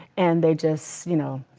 and they just you know,